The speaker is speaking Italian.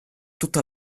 tutta